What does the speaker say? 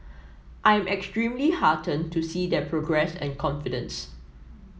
I am extremely heartened to see their progress and confidence